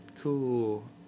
cool